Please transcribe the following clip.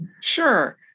Sure